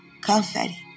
confetti